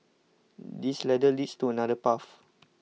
this ladder leads to another path